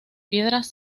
piedras